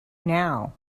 now